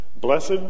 Blessed